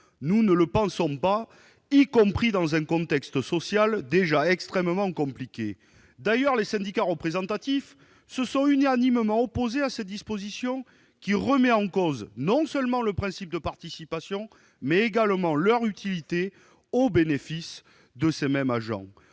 Nous ne le croyons pas, particulièrement dans un contexte social déjà extrêmement compliqué. D'ailleurs, les syndicats représentatifs se sont unanimement opposés à cette disposition qui remet en cause non seulement le principe de participation, mais également leur utilité au bénéfice de ces mêmes agents.